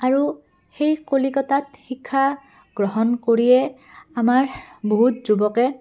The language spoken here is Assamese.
আৰু সেই কলিকতাত শিক্ষা গ্ৰহণ কৰিয়ে আমাৰ বহুত যুৱকে